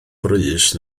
brys